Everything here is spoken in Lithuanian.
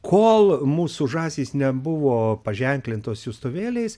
kol mūsų žąsys nebuvo paženklintos siųstuvėliais